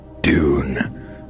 Dune